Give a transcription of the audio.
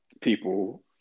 people